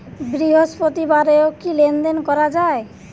বৃহস্পতিবারেও কি লেনদেন করা যায়?